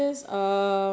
I think is